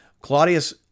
Claudius